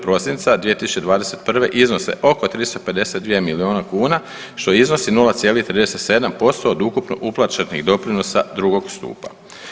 Prosinca 2021. iznose oko 352 milijuna kuna što iznosi 0,37% od ukupno uplaćenih doprinosa drugog stupa.